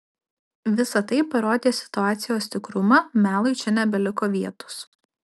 visa tai parodė situacijos tikrumą melui čia nebeliko vietos